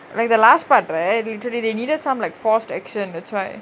the last part right they needed some like forced action that's why